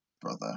brother